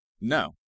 No